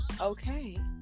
okay